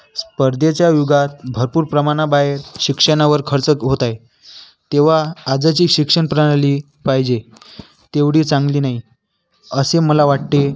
स्पर्धेच्या युगात भरपूर प्रमाणाबाहेर शिक्षणावर खर्च होत आहे तेव्हा आजची शिक्षणप्रणाली पाहिजे तेवढी चांगली नाही असे मला वाटते